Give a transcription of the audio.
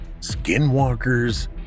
Skinwalkers